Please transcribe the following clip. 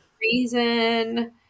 reason